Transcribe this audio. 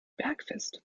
bergfest